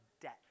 debt